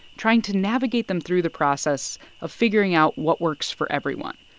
trying to navigate them through the process of figuring out what works for everyone.